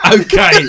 Okay